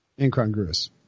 Incongruous